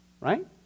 Right